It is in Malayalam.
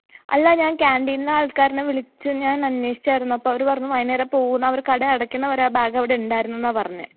അല്ല ഞാൻ കാൻറ്റീൻന്ന് ആൾക്കാർനെ വിളിച്ചു ഞാൻ അന്വേഷിച്ചായിരുന്നു അപ്പോൾ അവർ പറഞ്ഞു വൈകുന്നേരം പോവും എന്ന് അവർ കട അടക്കുന്നവരെ ആ ബാഗ് അവിടെ ഉണ്ടായിരുന്നു എന്നാ പറഞ്ഞത്